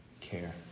care